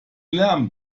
lärm